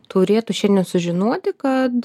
turėtų šiandien sužinoti kad